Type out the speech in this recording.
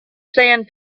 sand